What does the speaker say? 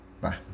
Bye